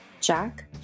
Jack